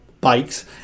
bikes